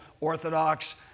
Orthodox